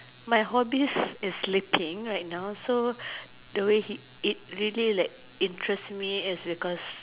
my hobbies is sleeping right now so the way it really like interest me is because